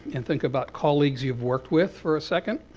and think about colleagues you've worked with for a second,